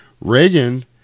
Reagan